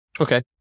Okay